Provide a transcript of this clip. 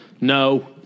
no